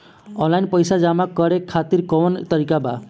Online पइसा जमा करे खातिर कवन तरीका बा?